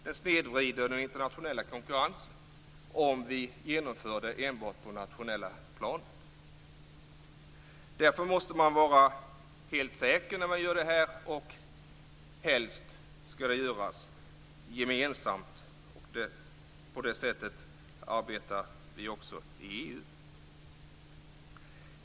Det snedvrider nämligen den internationella konkurrensen om vi genomför detta enbart på det nationella planet. Därför måste man vara helt säker när man gör det här. Helst skall det göras gemensamt, och på det sättet jobbar vi ju i EU.